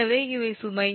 எனவே இவை சுமை